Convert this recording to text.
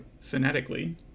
phonetically